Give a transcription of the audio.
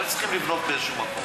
גם הם צריכים לבנות באיזה מקום.